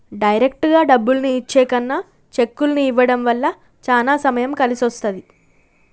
డైరెక్టుగా డబ్బుల్ని ఇచ్చే కన్నా చెక్కుల్ని ఇవ్వడం వల్ల చానా సమయం కలిసొస్తది